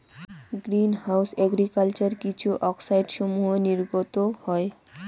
green house agriculture কিছু অক্সাইডসমূহ নির্গত হয়